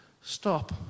Stop